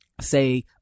say